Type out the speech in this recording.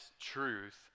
truth